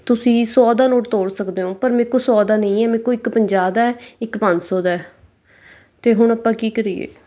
ਤੁਸੀਂ ਸੌ ਦਾ ਨੋਟ ਤੋੜ ਸਕਦੇ ਹੋ ਪਰ ਮੇਰੇ ਕੋਲ ਸੌ ਦਾ ਨਹੀਂ ਹੈ ਮੇਰੇ ਕੋਲ ਇੱਕ ਪੰਜਾਹ ਦਾ ਹੈ ਇੱਕ ਪੰਜ ਸੌ ਦਾ ਹੈ ਅਤੇ ਹੁਣ ਆਪਾਂ ਕੀ ਕਰੀਏ